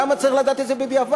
למה צריך לדעת את זה בדיעבד?